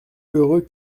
heureux